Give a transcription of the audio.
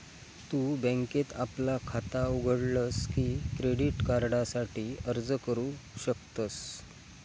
तु बँकेत आपला खाता उघडलस की क्रेडिट कार्डासाठी अर्ज करू शकतस